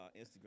Instagram